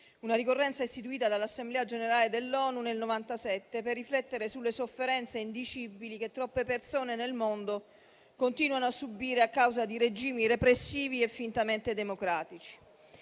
una ricorrenza istituita dall'Assemblea generale dell'ONU nel 1997 per riflettere sulle sofferenze indicibili che troppe persone nel mondo continuano a subire a causa di regimi repressivi e fintamente democratici.